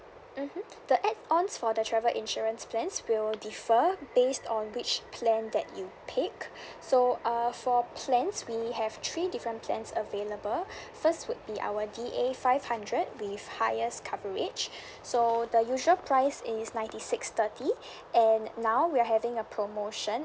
mmhmm the add ons for the travel insurance plans will differ based on which plan that you pick so uh for plans we have three different plans available first would be our D_A five hundred with highest coverage so the usual price is ninety six thirty and now we are having a promotion